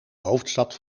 hoofdstad